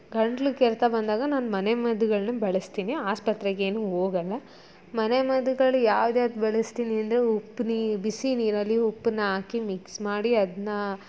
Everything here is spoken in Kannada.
ಗಂಟ್ಲು ಕೆರೆತ ಬಂದಾಗ ನಾನು ಮನೆ ಮದ್ದುಗಳನ್ನು ಬಳಸ್ತೀನಿ ಆಸ್ಪತ್ರೆಗೆ ಏನು ಹೋಗಲ್ಲ ಮನೆ ಮದ್ದುಗಳು ಯಾವ್ದು ಯಾವ್ದು ಬಳಸ್ತೀನಿ ಅಂದರೆ ಉಪ್ನೀ ಬಿಸಿ ನೀರಲ್ಲಿ ಉಪ್ಪನ್ನ ಹಾಕಿ ಮಿಕ್ಸ್ ಮಾಡಿ ಅದನ್ನ